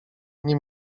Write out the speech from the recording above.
nie